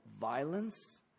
violence